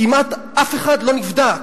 כמעט אף אחד לא נבדק,